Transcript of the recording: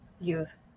youth